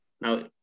Now